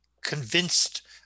convinced